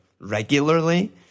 regularly